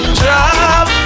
drop